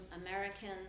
Americans